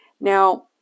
Now